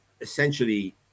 essentially